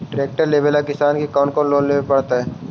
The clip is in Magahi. ट्रेक्टर लेवेला किसान के कौन लोन लेवे पड़तई?